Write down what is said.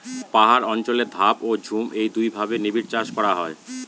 পাহাড় অঞ্চলে ধাপ ও ঝুম এই দুইভাবে নিবিড়চাষ করা হয়